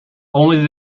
only